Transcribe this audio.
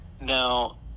Now